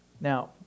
Now